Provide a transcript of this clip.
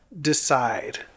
decide